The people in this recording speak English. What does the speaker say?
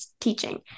teaching